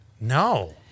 No